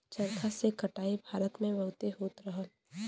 चरखा से कटाई भारत में बहुत होत रहल